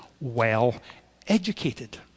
well-educated